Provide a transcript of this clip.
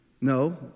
No